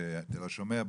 בתל השומר,